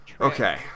Okay